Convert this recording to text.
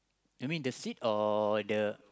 you mean the seed or the